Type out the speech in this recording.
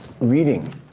reading